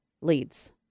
leads